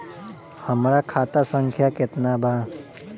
हमरा खाता संख्या केतना बा?